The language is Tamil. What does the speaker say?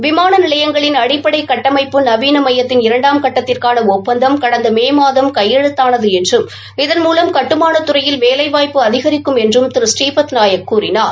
விமாள நிலையங்களின் அடிப்படை கட்டமைப்பு நவீனமயத்தின் இரண்டாம் கட்டத்திற்காள ஒப்பந்தம் கடந்த மே மாதம் கையெழுத்தானது என்றும் இதன்மூலம் கட்டுமான துறையில் வேலைவாய்ப்பு அதிகரிக்கும் என்றும் திரு ஸ்ரீபத் நாயக் கூறினார்